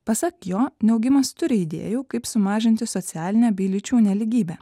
pasak jo neaugimas turi idėjų kaip sumažinti socialinę bei lyčių nelygybę